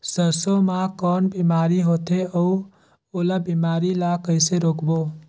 सरसो मा कौन बीमारी होथे अउ ओला बीमारी ला कइसे रोकबो?